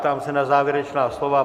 Ptám se na závěrečná slova.